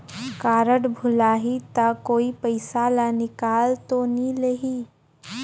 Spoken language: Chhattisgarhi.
कारड भुलाही ता कोई पईसा ला निकाल तो नि लेही?